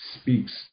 speaks